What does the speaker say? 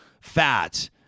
fat